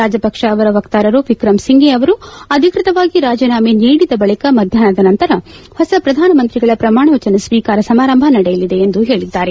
ರಾಜಪಕ್ಲ ಅವರ ವಕ್ತಾರರು ವಿಕ್ರಮಸಿಂಘೆ ಅವರು ಅಧಿಕೃತವಾಗಿ ರಾಜೀನಾಮೆ ನೀಡಿದ ಬಳಿಕ ಮಧ್ಯಾಹ್ನದ ನಂತರ ಹೊಸ ಪ್ರಧಾನಮಂತ್ರಿಗಳ ಪ್ರಮಾಣವಚನ ಸ್ವೀಕಾರ ಸಮಾರಂಭ ನಡೆಯಲಿದೆ ಎಂದು ಹೇಳಿದ್ದಾರೆ